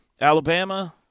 Alabama